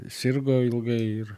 sirgo ilgai ir